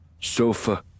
Sofa